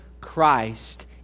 Christ